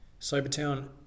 Sobertown